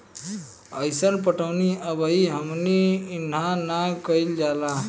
अइसन पटौनी अबही हमनी इन्हा ना कइल जाला